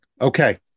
Okay